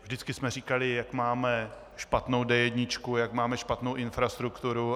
Vždycky jsme říkali, jak máme špatnou D1, jak máme špatnou infrastrukturu.